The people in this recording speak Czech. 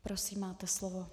Prosím máte slovo.